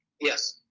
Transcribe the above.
Yes